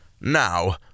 Now